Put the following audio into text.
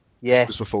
Yes